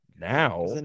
Now